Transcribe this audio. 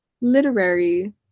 Literary